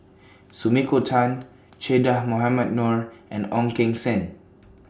Sumiko Tan Che Dah Mohamed Noor and Ong Keng Sen